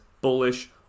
bullish